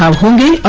um hundred